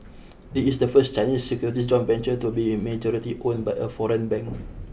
it is the first Chinese securities joint venture to be majority owned by a foreign bank